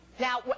Now